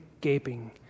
gaping